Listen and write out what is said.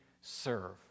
serve